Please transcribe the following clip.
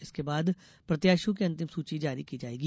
इसके बाद प्रत्याशियों की अंतिम सूची जारी की जायेगी